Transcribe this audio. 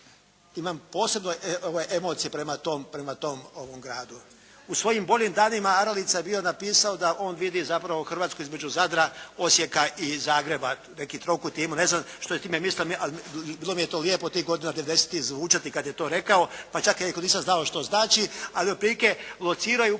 imam posebne emocije prema tom gradu. U svojim boljim danima Aralica je bio napisao da on vidi zapravo Hrvatsku između Zadra, Osijeka i Zagreba, neki trokut je imao. Ne znam što je time mislio ali bilo mi je to lijepo tih godina devedesetih zvučalo kad je to rekao. Pa čak je rekao, nisam znao što znači ali otprilike locirao